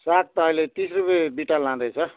साग त अहिले तिस रुपियाँ बिटा लाँदैछ